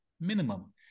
minimum